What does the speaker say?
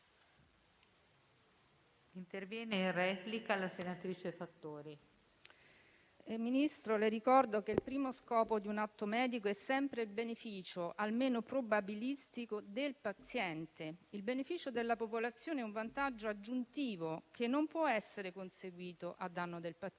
nuova finestra") *(Misto)*. Signor Ministro, le ricordo che il primo scopo di un atto medico è sempre il beneficio, almeno probabilistico, del paziente. Il beneficio della popolazione è un vantaggio aggiuntivo che non può essere conseguito a danno del paziente,